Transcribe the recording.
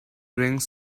rings